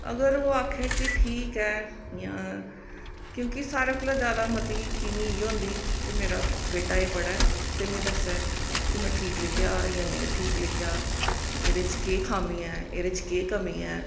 अगर ओह् आखै कि ठीक ऐ इ'यां क्योंकि सारें कोला जैदा हिखी मिगी इ'यो होंदी कि मेरा एह् बेटा पढ़ै ते मिगी दस्सै कि में ठीक लिखेआ जां नेईं ठीक लिखेआ इ'दे च केह् खामियां ऐ एह्दे च केह् कमी ऐ